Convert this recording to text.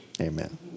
Amen